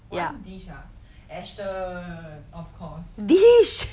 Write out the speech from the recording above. one dish ah Aston of course